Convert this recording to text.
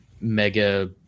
mega